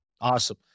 Awesome